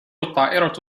الطائرة